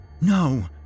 No